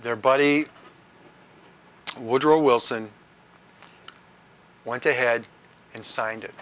their buddy woodrow wilson went ahead and signed it